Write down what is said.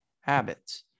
habits